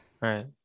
right